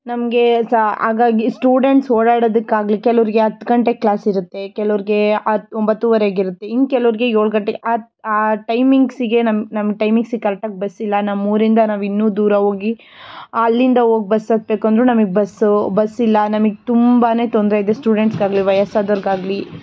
ನಮಗೆ ಹಾಗಾಗಿ ಸ್ಟೂಡೆಂಟ್ಸ್ ಓಡಾಡೊದಕ್ಕಾಗಲೀ ಕೆಲವರಿಗೆ ಹತ್ತು ಗಂಟೆಗೆ ಕ್ಲಾಸ್ ಇರುತ್ತೆ ಕೆಲವರಿಗೆ ಹ ಒಂಬತ್ತುವರೆಗೆ ಇರುತ್ತೆ ಇನ್ನು ಕೆಲವರಿಗೆ ಏಳು ಗಂಟೆಗೆ ಅ ಆ ಟೈಮಿಂಗ್ಸಿಗೆ ನಮ್ಮ ನಮ್ಮ ಟೈಮಿಂಗ್ಸಿಗೆ ಕರಕ್ಟಾಗಿ ಬಸ್ಸಿಲ್ಲ ನಮ್ಮ ಊರಿಂದ ನಾವು ಇನ್ನೂ ದೂರ ಹೋಗಿ ಅಲ್ಲಿಂದ ಹೋಗ್ ಬಸ್ ಹತ್ತಬೇಕಂದ್ರೂ ನಮಗ್ ಬಸ್ಸೂ ಬಸ್ಸಿಲ್ಲ ನಮಗ್ ತುಂಬಾ ತೊಂದರೆ ಇದೆ ಸ್ಟೂಡೆಂಟ್ಸಿಗಾಗಲೀ ವಯಸ್ಸಾದವ್ರಿಗಾಗಲೀ